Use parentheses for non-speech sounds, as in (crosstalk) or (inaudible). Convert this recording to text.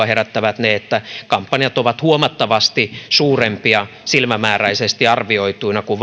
(unintelligible) herättää se että kampanjat ovat huomattavasti suurempia silmämääräisesti arvioituina kuin (unintelligible)